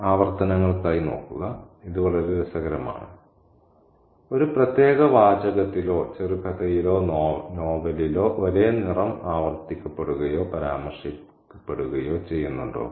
ആവർത്തനങ്ങൾക്കായി നോക്കുക ഇത് വളരെ രസകരമാണ് ഒരു പ്രത്യേക വാചകത്തിലോ ചെറുകഥയിലോ നോവലിലോ ഒരേ നിറം ആവർത്തിക്കപ്പെടുകയോ പരാമർശിക്കുകയോ ചെയ്യുന്നുണ്ടോ